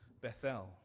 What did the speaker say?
Bethel